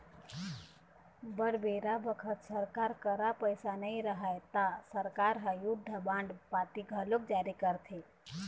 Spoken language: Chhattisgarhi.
बर बेरा बखत सरकार करा पइसा नई रहय ता सरकार ह युद्ध बांड पाती घलोक जारी करथे